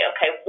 Okay